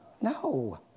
No